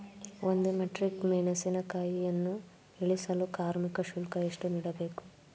ಒಂದು ಮೆಟ್ರಿಕ್ ಮೆಣಸಿನಕಾಯಿಯನ್ನು ಇಳಿಸಲು ಕಾರ್ಮಿಕ ಶುಲ್ಕ ಎಷ್ಟು ನೀಡಬೇಕು?